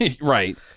Right